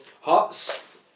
Hearts